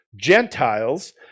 Gentiles